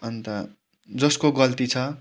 अन्त जसको गल्ती छ